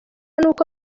n’uko